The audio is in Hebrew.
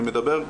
אני מדבר,